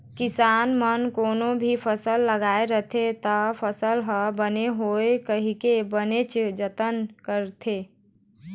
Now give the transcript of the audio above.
किसान मन कोनो भी फसल ह लगाथे त फसल ह बने होवय कहिके बनेच जतन करथे